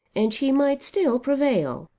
and she might still prevail.